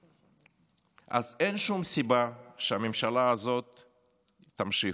אז אין שום סיבה שהממשלה הזאת תמשיך.